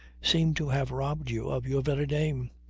seem to have robbed you of your very name.